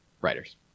writers